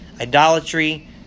idolatry